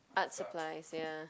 art supplies ya